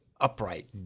upright